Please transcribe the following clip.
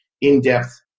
in-depth